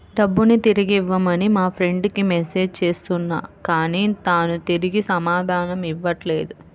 డబ్బుని తిరిగివ్వమని మా ఫ్రెండ్ కి మెసేజ్ చేస్తున్నా కానీ తాను తిరిగి సమాధానం ఇవ్వట్లేదు